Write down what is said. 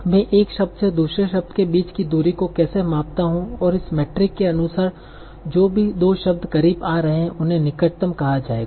मैं एक शब्द से दूसरे शब्द के बीच की दूरी को कैसे मापता हूं और इस मेट्रिक के अनुसार जो भी दो शब्द करीब आ रहे हैं उन्हें निकटतम कहा जाएगा